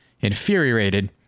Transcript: Infuriated